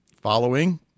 following